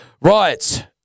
Right